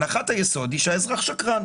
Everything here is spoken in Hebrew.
שהנחת היסוד, היא שהאזרח שקרן.